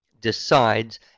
decides